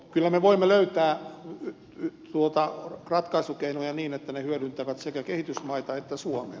kyllä me voimme löytää ratkaisukeinoja niin että ne hyödyttävät sekä kehitysmaita että suomea